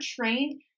trained